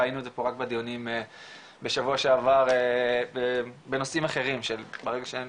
ראינו את רק בדיונים בשבוע שעבר בנושאים אחרים שברגע שאין